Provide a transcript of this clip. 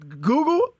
Google